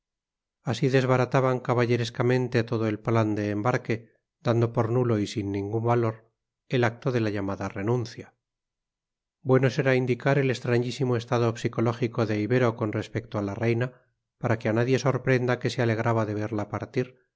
así desbarataban caballerescamente todo el plan de embarque dando por nulo y sin ningún valor el acto de la llamada renuncia bueno será indicar el extrañísimo estado psicológico de ibero con respecto a la reina para que a nadie sorprenda que se alegraba de verla partir